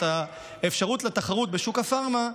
את האפשרות לתחרות בשוק הפארמה,.